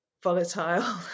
volatile